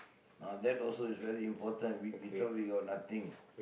ah that also is very important we we thought we got nothing